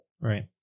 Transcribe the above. Right